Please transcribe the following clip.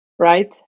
Right